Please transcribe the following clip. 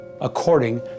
according